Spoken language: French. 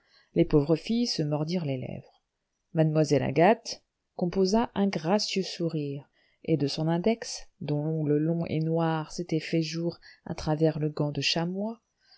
les pauvres filles se mordirent les lèvres mademoiselle agathe composa un gracieux sourire et de son index dont l'ongle long et noir s'était fait jour à travers le gant de chamois